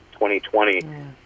2020